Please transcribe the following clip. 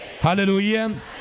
Hallelujah